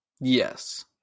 Yes